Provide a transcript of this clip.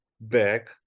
back